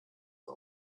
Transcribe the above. war